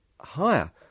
higher